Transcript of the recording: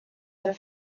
der